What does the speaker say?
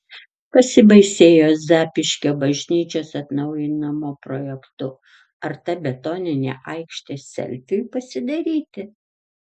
pasibaisėjo zapyškio bažnyčios atnaujinimo projektu ar ta betoninė aikštė selfiui pasidaryti